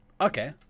okay